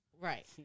Right